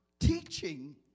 Teaching